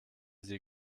sie